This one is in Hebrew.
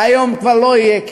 והיום כבר לא יהיה.